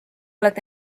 oled